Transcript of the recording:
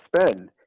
spend